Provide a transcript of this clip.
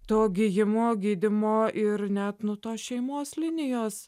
to gijimo gydymo ir net nu tos šeimos linijos